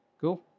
Cool